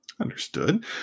Understood